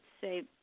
say